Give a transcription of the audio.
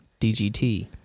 DGT